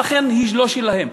ולכן היא לא שלהם.